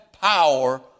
power